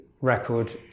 record